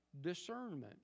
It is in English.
discernment